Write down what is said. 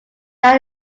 there